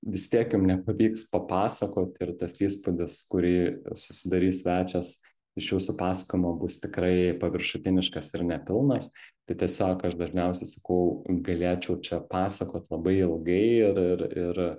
vis tiek jum nepavyks papasakot ir tas įspūdis kurį susidarys svečias iš jūsų pasakojimo bus tikrai paviršutiniškas ir nepilnas tai tiesiog aš dažniausiai sakau galėčiau čia pasakot labai ilgai ir ir ir